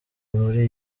muri